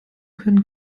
können